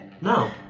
No